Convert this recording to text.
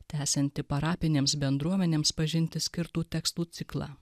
tęsianti parapinėms bendruomenėms pažinti skirtų tekstų ciklą